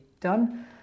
done